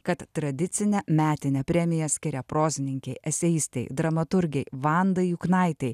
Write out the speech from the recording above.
kad tradicinę metinę premiją skiria prozininkei eseistei dramaturgei vandai juknaitei